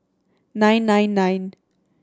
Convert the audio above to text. nine nine nine